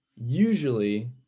Usually